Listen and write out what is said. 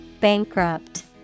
Bankrupt